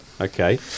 Okay